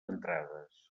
entrades